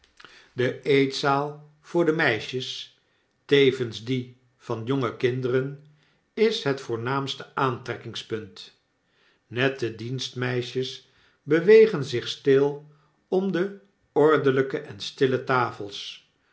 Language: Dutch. de eetzaal voor de meisjes tevens die van jonge kinderen is het voornaamste aantrekkingspunt nette dienstmeisjes bewegen zich stil om de ordelyke en stille tafels